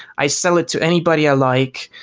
i sell it to anybody i like.